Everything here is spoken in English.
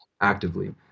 actively